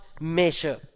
measure